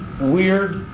weird